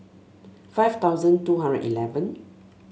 five thousand two hundred eleven